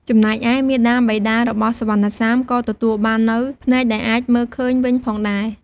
ចំណែកឯ មាតាបិតារបស់សុវណ្ណសាម ក៏ទទួបាននូវភ្នែកដែលអាចមើលឃើញវិញផងដែរ។